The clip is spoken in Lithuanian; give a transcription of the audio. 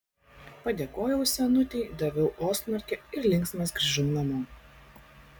padėkojau senutei daviau ostmarkę ir linksmas grįžau namo